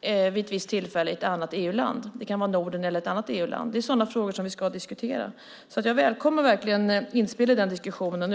i ett annat EU-land. Det kan vara i Norden eller i något annat EU-land. Det är sådana frågor som vi ska diskutera. Jag välkomnar verkligen inspel i den diskussionen.